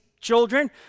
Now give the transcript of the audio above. children